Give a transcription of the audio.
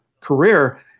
career